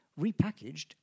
Repackaged